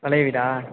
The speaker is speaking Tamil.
பழைய வீடா